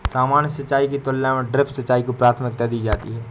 सामान्य सिंचाई की तुलना में ड्रिप सिंचाई को प्राथमिकता दी जाती है